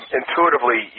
intuitively